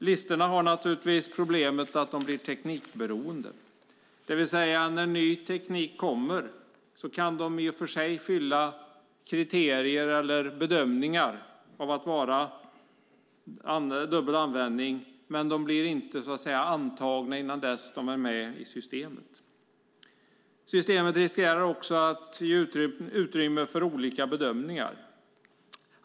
Listorna har naturligtvis problemet att de blir teknikberoende, det vill säga när ny teknik kommer kan den i och för sig uppfylla kriterierna för eller bedömas att det är en produkt med dubbelanvändning, men den blir inte antagen förrän den är med i systemet. Systemet riskerar också att ge utrymme för olika bedömningar.